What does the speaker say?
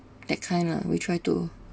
that kind lah we try to